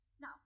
Now